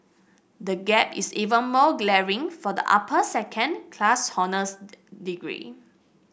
the gap is even more glaring for the upper second class honours degree